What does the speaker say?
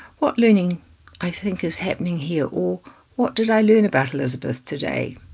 what learning i think is happening here, or what did i learn about elizabeth today?